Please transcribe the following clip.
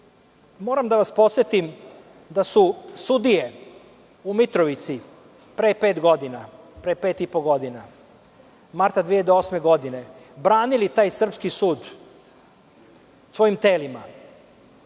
moram da vas podsetim da su sudije u Mitrovici pre pet i po godina, marta 2008. godine, branili taj srpski sud svojim telima,